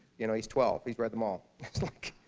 you know he's twelve. he's read them all. i was like,